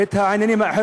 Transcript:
את העניינים האלה.